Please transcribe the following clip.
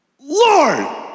Lord